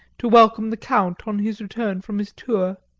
to welcome the count on his return from his tour.